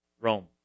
Rome